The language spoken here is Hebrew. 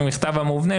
עם המכתב המובנה,